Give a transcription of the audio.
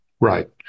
Right